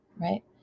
Right